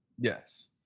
Yes